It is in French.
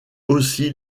aussi